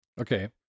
Okay